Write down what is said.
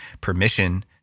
permission